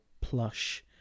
plush